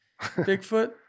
Bigfoot